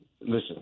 listen